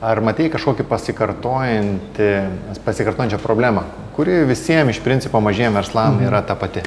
ar matei kažkokį pasikartojantį pasikartojančią problemą kuri visiem iš principo mažiem verslam yra ta pati